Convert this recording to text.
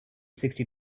sixty